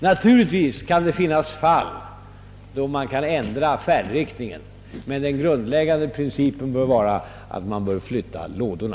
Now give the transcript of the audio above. Naturligtvis kan det finnas fall, då man kan ändra färdriktningen, men den grundläggande principen bör vara, att man flyttar lådorna.